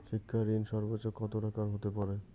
শিক্ষা ঋণ সর্বোচ্চ কত টাকার হতে পারে?